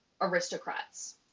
aristocrats